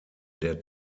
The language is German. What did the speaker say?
der